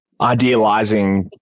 idealizing